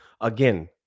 again